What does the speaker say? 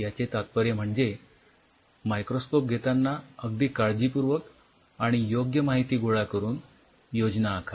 याचे तात्पर्य म्हणजे मायक्रोस्कोप घेतांना अगदी काळजीपूर्वक आणि योग्य माहिती गोळा करून योजना आखा